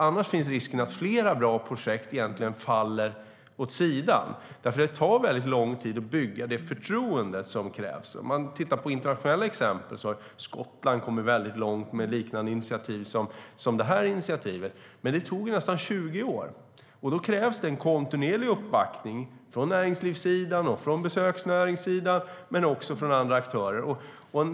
Annars finns risken att flera bra projekt faller åt sidan. Det tar ju lång tid att bygga det förtroende som krävs. Man kan titta på internationella exempel. Skottland har kommit långt med liknande initiativ som detta, men det tog nästan 20 år. Då krävs det en kontinuerlig uppbackning från näringslivet och besöksnäringen men också från andra aktörer.